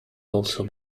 also